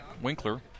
Winkler